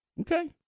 Okay